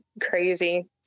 crazy